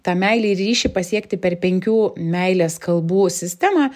tą meilę ir ryšį pasiekti per penkių meilės kalbų sistemą